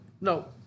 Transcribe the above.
no